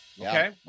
Okay